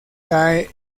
cae